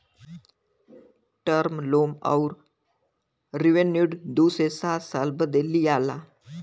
term loan अउर revenue दू से सात साल बदे लिआला